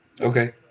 Okay